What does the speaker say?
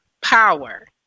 power